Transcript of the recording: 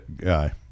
guy